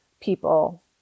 people